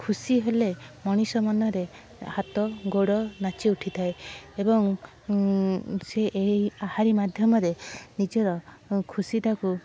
ଖୁସି ହେଲେ ମଣିଷ ମନରେ ହାତ ଗୋଡ଼ ନାଚି ଉଠିଥାଏ ଏବଂ ସେ ଏଇ ଏହାରି ମାଧ୍ୟମରେ ନିଜର ଖୁସିଟାକୁ